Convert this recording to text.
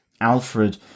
Alfred